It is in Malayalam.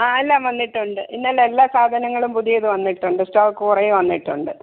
ആ എല്ലാം വന്നിട്ടുണ്ട് ഇന്നലെ എല്ലാ സാധനങ്ങളും പുതിയത് വന്നിട്ടുണ്ട് സ്റ്റോക്ക് കുറേ വന്നിട്ടുണ്ട്